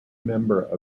member